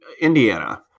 Indiana